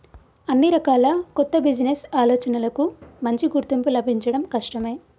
అన్ని రకాల కొత్త బిజినెస్ ఆలోచనలకూ మంచి గుర్తింపు లభించడం కష్టమే